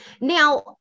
Now